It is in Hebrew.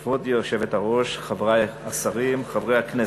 כבוד היושבת-ראש, חברי השרים, חברי הכנסת,